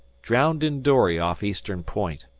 drowned in dory off eastern point.